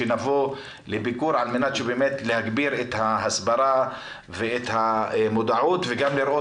שנבוא לביקור כדי להגביר את ההסברה ואת המודעות וגם לראות